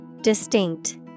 Distinct